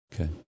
Okay